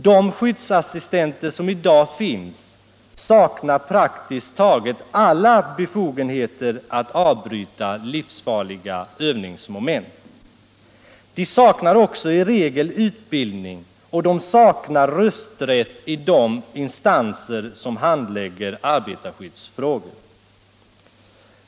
De skyddsassistenter som i dag finns saknar praktiskt taget alla befogenheter att avbryta livsfarliga övningsmoment. De saknar också i regel utbildning, och de saknar rösträtt i de instanser som handlägger arbetarskyddsfrågor.